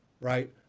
right